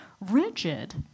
rigid